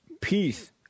peace